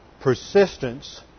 persistence